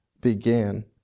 began